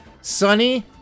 sunny